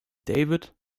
david